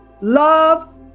Love